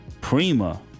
Prima